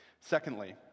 Secondly